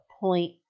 point